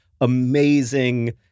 amazing